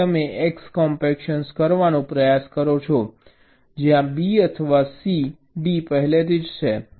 હવે તમે x compaction કરવાનો પ્રયાસ કરો જ્યાં B અથવા C D પહેલેથી જ છે